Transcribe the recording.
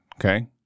okay